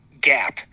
gap